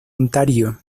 ontario